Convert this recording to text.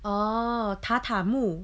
oh 榻榻木